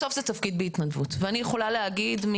בסוף זה תפקיד בהתנדבות ואני יכולה להעיד.